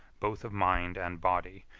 both of mind and body,